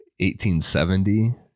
1870